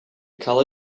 color